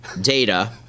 data